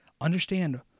Understand